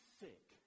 sick